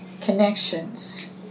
connections